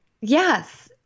Yes